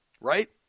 Right